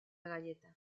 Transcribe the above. galleta